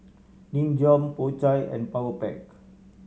Nin Jiom Po Chai and Powerpac